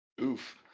Oof